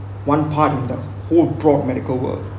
one part in the whole broad medical work